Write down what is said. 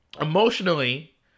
emotionally